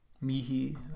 mihi